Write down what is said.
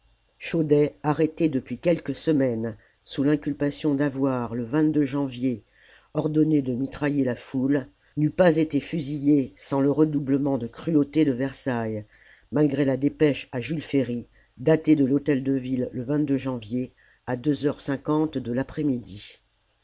chaudey arrêté depuis quelques semaines sous l'inculpation d'avoir le janvier ordonné de mitrailler la foule n'eût pas été fusillé sans le redoublement de cruautés de versailles malgré la dépêche à jules ferry datée de l'hôtel-de-ville le janvier à heures de l'après-midi